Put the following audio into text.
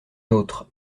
autre